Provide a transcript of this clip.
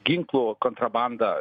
ginklų kontrabandą